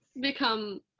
become